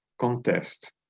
contest